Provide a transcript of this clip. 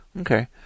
Okay